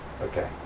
Okay